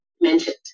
mentioned